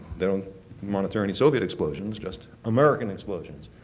don't monitor any soviet explosions, just american explosions.